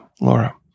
Laura